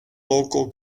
local